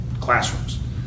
classrooms